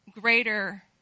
greater